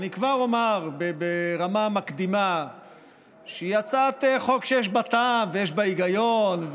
אני כבר אומר ברמה מקדימה שהיא הצעת חוק שיש בה טעם ויש בה היגיון,